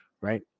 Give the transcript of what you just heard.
right